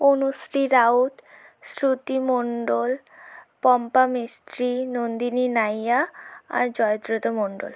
অনুশ্রী রাউত শ্রুতি মণ্ডল পম্পা মিস্ত্রি নন্দিনি নাইয়া আর জয়দ্রথ মণ্ডল